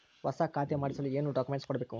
ಹೊಸ ಖಾತೆ ಮಾಡಿಸಲು ಏನು ಡಾಕುಮೆಂಟ್ಸ್ ಕೊಡಬೇಕು?